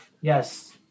Yes